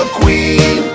queen